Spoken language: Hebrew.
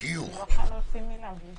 אני לא יכולה להוציא מילה מהפה.